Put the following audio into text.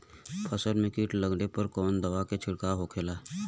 फसल में कीट लगने पर कौन दवा के छिड़काव होखेला?